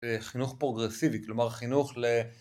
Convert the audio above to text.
חינוך פרוגרסיבי כלומר חינוך ל...